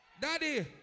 Daddy